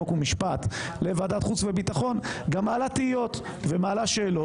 חוק ומשפט לוועדת חוץ וביטחון מעלה גם תהיות ושאלות.